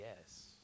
yes